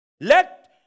Let